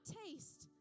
taste